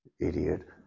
idiot